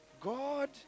God